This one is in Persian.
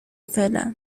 فعلا